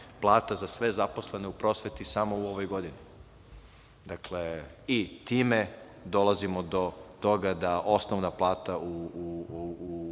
plata za sve zaposlene u prosveti samo u ovoj godini. Dakle, time dolazimo do toga da osnovna plata u